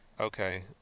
Okay